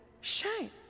shame